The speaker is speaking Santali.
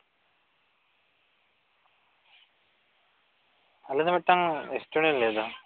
ᱟᱞᱤᱧ ᱫᱚ ᱢᱤᱫᱴᱟᱱ ᱥᱴᱩᱰᱮᱱᱴ ᱞᱤᱧ ᱞᱟᱹᱭ ᱮᱫᱟ